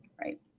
Right